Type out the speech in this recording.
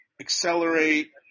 accelerate